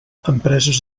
empreses